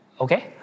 okay